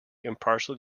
impartial